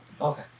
Okay